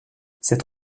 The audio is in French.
cette